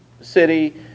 city